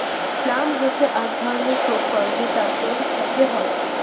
plum হসে আক ধরণের ছট ফল যেটা প্রুনস পেকে হই